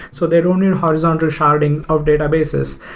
so they don't need horizontal sharding of databases,